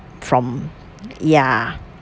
from ya